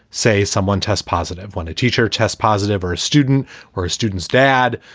say, someone test positive when a teacher test positive or a student or a student's dad,